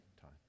time